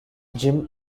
jim